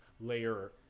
layer